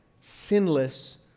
sinless